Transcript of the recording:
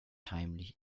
heimlich